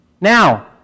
now